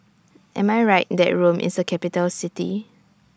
Am I Right that Rome IS A Capital City